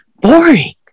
Boring